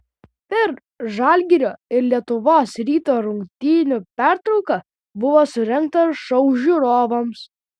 per žalgirio ir lietuvos ryto rungtynių pertrauką buvo surengtas šou žiūrovams